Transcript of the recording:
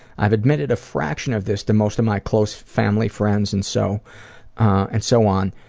i've admitted a fraction of this to most of my close family friends and so and so on,